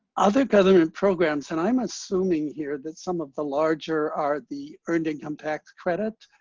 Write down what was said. other government programs and i'm assuming here that some of the larger are the earned income tax credit,